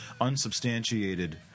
unsubstantiated